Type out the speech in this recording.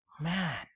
Man